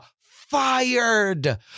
fired